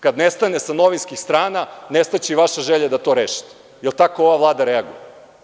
Kada nestane sa novinskih strna, nestaće i vaša želja da to rešite, jer tako ova Vlada reaguje.